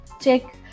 check